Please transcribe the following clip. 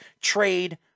trade